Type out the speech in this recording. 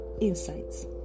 insights